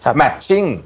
matching